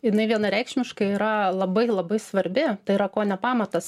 jinai vienareikšmiškai yra labai labai svarbi tai yra kone pamatas